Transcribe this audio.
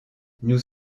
nous